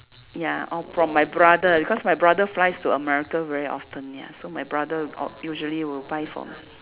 ya or from my brother because my brother flies to America very often ya so my brother uh usually will buy for